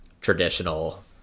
traditional